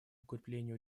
укреплению